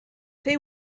they